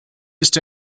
ist